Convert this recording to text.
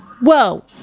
Whoa